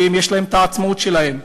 כי יש להם העצמאות שלהם.